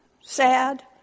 sad